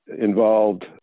involved